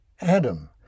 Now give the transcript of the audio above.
Adam